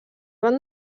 van